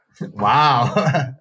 Wow